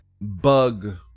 bug